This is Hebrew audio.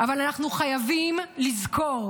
אבל אנחנו חייבים לזכור